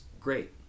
great